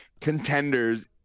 contenders